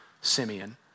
Simeon